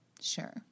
Sure